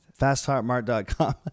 Fastheartmart.com